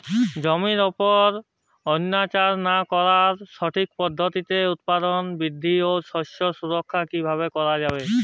জমির উপর অত্যাচার না করে সঠিক পদ্ধতিতে উৎপাদন বৃদ্ধি ও শস্য সুরক্ষা কীভাবে করা যাবে?